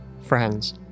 friends